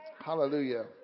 Hallelujah